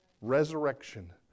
Resurrection